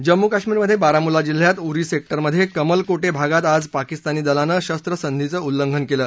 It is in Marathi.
जम्मू काश्मीरमध्ये बारामुल्ला जिल्ह्यात उरी सेक्टरमध्ये कमलकोटे भागात आज पाकिस्तानी दलानीं शख्रसंधीचं उल्लंघन केलं